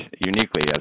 uniquely